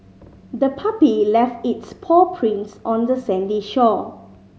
the puppy left its paw prints on the sandy shore